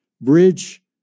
bridge